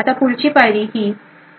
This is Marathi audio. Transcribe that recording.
आता पुढची पायरी